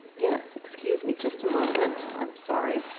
yes. excuse me just a moment. i'm sorry.